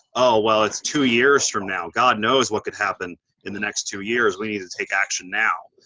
oh, well, it's two years from now. god knows what could happen in the next two years. we need to take action now